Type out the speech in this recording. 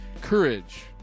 Courage